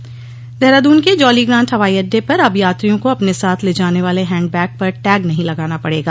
हवाई यात्रा देहराद्न के जौलीग्रांट हवाई अड्डे पर अब यात्रियों को अपने साथ ले जाने वाले हैंड बैग पर टैग नहीं लगाना पड़ेगा